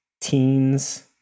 teens